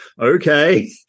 okay